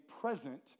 present